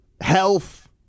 Health